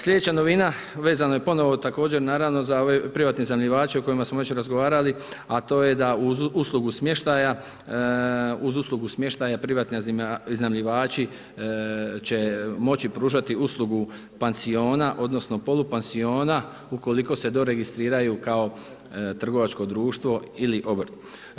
Slijedeća novina vezana je ponovo također naravno za ove privatne iznajmljivače o kojima smo već razgovarali, a to je da uz uslugu smještaja privatni iznajmljivači će moći pružati uslugu pansiona odnosno polupansiona ukoliko se doregistriraju kao trgovačko društvo ili obrt.